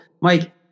Mike-